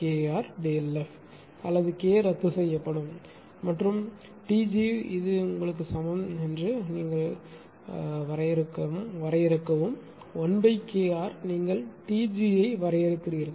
KKRΔFஅல்லது K ரத்து செய்யப்படும் மற்றும் T g உங்களுக்கு சமம் என்று வரையறுக்கவும் 1KR நீங்கள் Tg ஐ வரையறுக்கிறீர்கள்